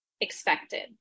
expected